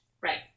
Right